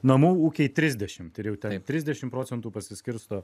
namų ūkiai trisdešimt ir jau ten trisdešim procentų pasiskirsto